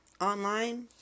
online